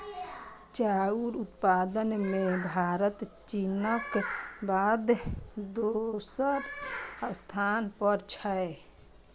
चाउर उत्पादन मे भारत चीनक बाद दोसर स्थान पर छै